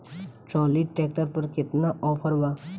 Trolley tractor पर केतना offer बा?